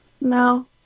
No